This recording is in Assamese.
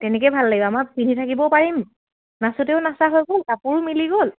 তেনেকে ভাল লাগিব আমাৰ পিন্ধি থাকিবও পাৰিম নাচতেও নাচা হৈ গ'ল কাপোৰো মিলি গ'ল